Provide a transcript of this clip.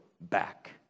back